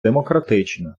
демократично